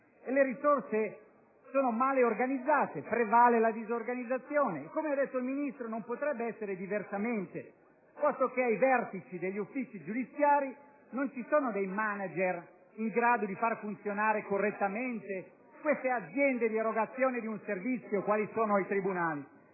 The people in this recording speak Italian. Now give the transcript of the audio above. le risorse sono male organizzate, prevale la disorganizzazione. Come ha affermato il Ministro, non potrebbe essere diversamente, posto che ai vertici degli uffici giudiziari non ci sono *manager* in grado di far funzionare correttamente queste aziende di erogazione di un servizio quali sono i tribunali,